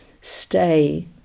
stay